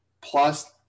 plus